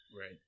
Right